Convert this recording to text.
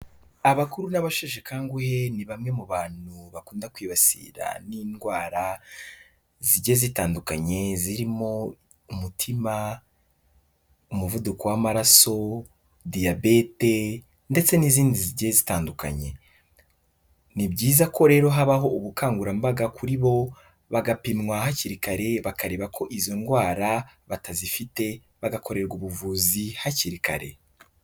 Abakuru n'abasheshe akanguhe ni bamwe mu bantu bakunda kwibasira n'indwara zijye zitandukanye zirimo umutima, umuvuduko, w'amaraso, diyabete ndetse n'izindi zigiye zitandukanye. Ni byiza ko rero habaho ubukangurambaga kuri bo bagapimwa hakiri kare bakareba ko izo ndwara batazifite bagakorerwa ubuvuzi hakiri kare.